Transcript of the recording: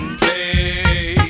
play